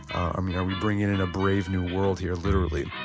um you know are we bringing in a brave new world here literally?